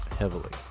Heavily